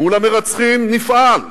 מול המרצחים נפעל,